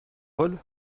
vol